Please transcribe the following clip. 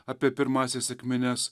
apie pirmąsias sekmines